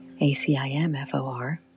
ACIMFOR